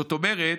זאת אומרת,